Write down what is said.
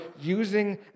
using